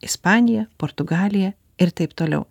ispaniją portugaliją ir taip toliau